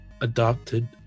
adopted